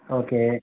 okay